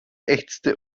ächzte